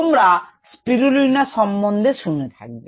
তোমরা স্পিরুলিনা সম্বন্ধে শুনে থাকবে